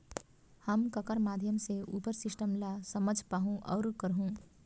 हम ककर माध्यम से उपर सिस्टम ला समझ पाहुं और करहूं?